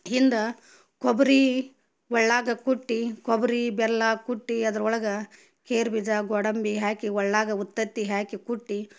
ಹಿಂದೆ ಕೊಬ್ಬರಿ ಒರ್ಳಾಗ ಕುಟ್ಟಿ ಕೊಬ್ಬರಿ ಬೆಲ್ಲ ಕುಟ್ಟಿ ಅದರ ಒಳಗೆ ಗೇರು ಬೀಜ ಗೋಡಂಬಿ ಹಾಕಿ ಒರ್ಳಾಗ ಉತ್ತತ್ತಿ ಹಾಕಿ ಕುಟ್ಟಿ